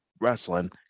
wrestling